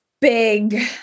big